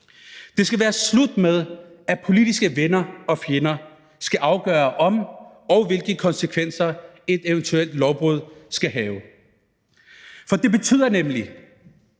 Det skal være slut med, at politiske venner og fjender skal afgøre, om og hvilke konsekvenser et eventuelt lovbrud skal have, for det betyder nemlig,